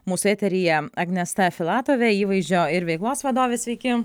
mūsų eteryje agnesta filatovė įvaizdžio ir veiklos vadovė sveiki